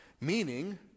Meaning